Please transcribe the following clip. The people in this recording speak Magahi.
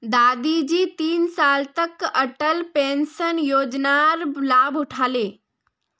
दादाजी तीन साल तक अटल पेंशन योजनार लाभ उठा ले